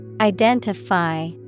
Identify